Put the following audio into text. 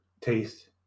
taste